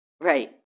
Right